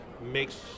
makes